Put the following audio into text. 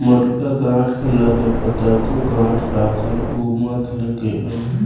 मोटका काठ के लगे पतरको काठ राखल उ मत लेके अइहे